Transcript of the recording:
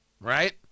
Right